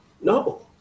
No